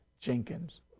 Jenkins